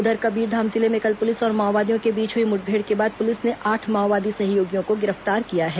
उधर कबीरधाम जिले में कल पुलिस और माओवादियों के बीच हुई मुठभेड़ के बाद पुलिस ने आठ माओवादी सहयोगियों को गिरफ्तार किया है